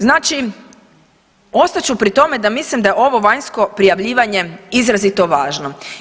Znači ostat ću pri tome da mislim da je ovo vanjsko prijavljivanje izrazito važno.